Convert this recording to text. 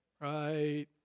Right